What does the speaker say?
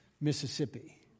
Mississippi